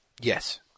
Yes